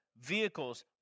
vehicles